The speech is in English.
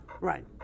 Right